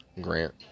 Grant